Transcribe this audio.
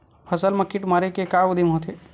फसल मा कीट मारे के का उदिम होथे?